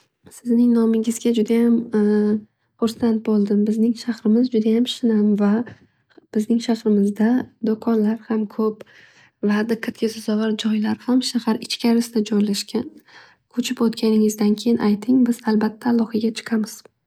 Sizning nomingizga judaym hursand bo'ldim. Bizning shahrimiz judayam shinam va bizning shahrimizda do'konlar xam ko'p va diqqatga sazovor joylar ham shahar ichkarisida joylashgan. Ko'chib o'tganingizdan keyin ayting siz bilan aloqaga chiqamiz.